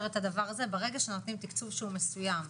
את הדבר הזה - ברגע שנותנים תקצוב שהוא מסוים,